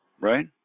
right